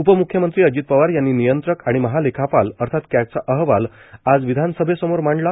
उपमुख्यमंत्री अजित पवार यांनी नियंत्रक आणि महालेखापाल अर्थात कॅगचा अहवाल आज विधानसभेसमोर मांडला